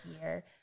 year